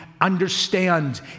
understand